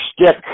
stick